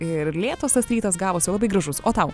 ir lėtas tas rytas gavosi labai gražus o tau